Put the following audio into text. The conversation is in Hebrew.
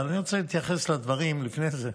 אבל אני רוצה להתייחס לדברים לפני כן,